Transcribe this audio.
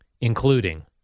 including